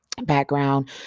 background